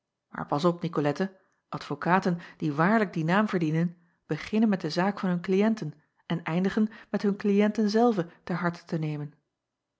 aar pas op icolette advokaten die waarlijk dien naam verdienen beginnen met de zaak van hun kliënten en eindigen met hun kliënten zelve ter harte te nemen